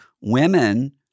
women